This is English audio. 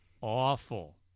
awful –